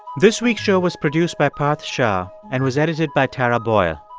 this week's show was produced by parth shah and was edited by tara boyle.